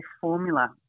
formula